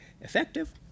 effective